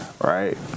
Right